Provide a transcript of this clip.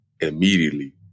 immediately